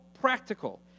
practical